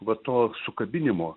va to sukabinimo